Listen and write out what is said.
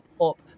up